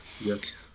Yes